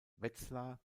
wetzlar